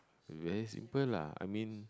very simple lah I mean